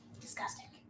Disgusting